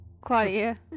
Claudia